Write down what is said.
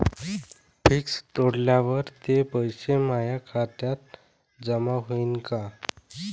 Fix तोडल्यावर ते पैसे माया खात्यात जमा होईनं का?